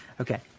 okay